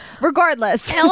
Regardless